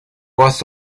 was